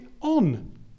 on